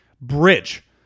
bridge